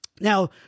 Now